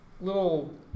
little